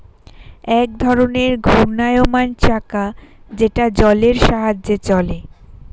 এক ধরনের ঘূর্ণায়মান চাকা যেটা জলের সাহায্যে চলে